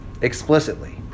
Explicitly